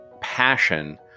passion